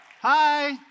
Hi